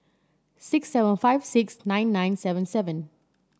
six seven five six nine nine seven seven